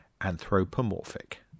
anthropomorphic